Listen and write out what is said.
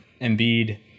Embiid